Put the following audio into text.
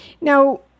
Now